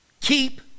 keep